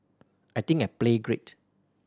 I think I played great